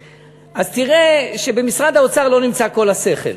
אז תראה שבמשרד האוצר לא נמצא כל השכל.